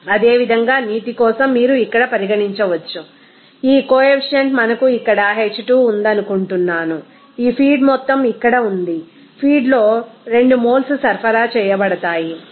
అదేవిధంగా నీటి కోసం మీరు ఇక్కడ పరిగణించవచ్చు ఈ కొఎఫిషియంట్ మనకు ఇక్కడ H2 ఉందనుకుంటున్నాను ఈ ఫీడ్ మొత్తం ఇక్కడ ఉంది ఫీడ్లో 2 మోల్స్ సరఫరా చేయబడతాయి తరువాత nH2O 2